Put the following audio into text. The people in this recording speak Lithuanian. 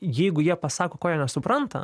jeigu jie pasako ko jie nesupranta